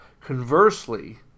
Conversely